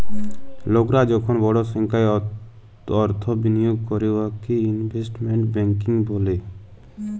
লকরা যখল বড় সংখ্যায় অথ্থ বিলিয়গ ক্যরে উয়াকে ইলভেস্টমেল্ট ব্যাংকিং ব্যলে